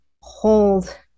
hold